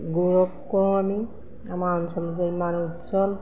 গৌৰৱ কৰোঁ আমি আমাৰ অঞ্চলত যে ইমান উজ্জ্বল